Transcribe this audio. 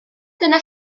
dyna